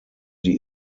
sie